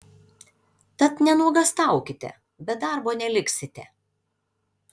tad nenuogąstaukite be darbo neliksite